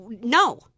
No